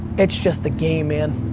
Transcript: it's just the game man.